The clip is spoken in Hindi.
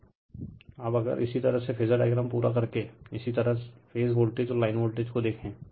Refer Slide Time 2813 अब अगर इसी तरह से फेजर डायग्राम पूरा करके इसी तरह फेज वोल्टेज और लाइन वोल्टेज को देखे